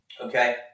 okay